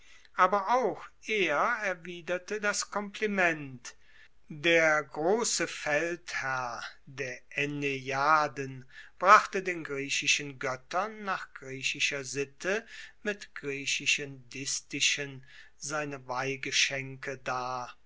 aber auch er erwiderte das kompliment der grosse feldherr der aeneiaden brachte den griechischen goettern nach griechischer sitte mit griechischen distichen seine weihgeschenke dar